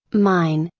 mine.